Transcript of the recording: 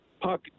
puck